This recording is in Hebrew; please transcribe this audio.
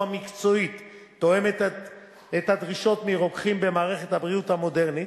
המקצועית תואמת את הדרישות מרוקחים במערכת הבריאות המודרנית,